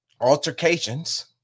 altercations